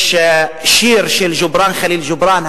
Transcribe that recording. יש שיר של ג'ובראן ח'ליל ג'ובראן,